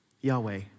Yahweh